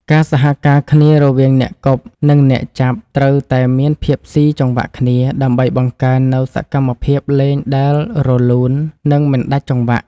ការសហការគ្នារវាងអ្នកគប់ និងអ្នកចាប់ត្រូវតែមានភាពស៊ីចង្វាក់គ្នាដើម្បីបង្កើតនូវសកម្មភាពលេងដែលរលូន និងមិនដាច់ចង្វាក់។